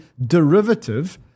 derivative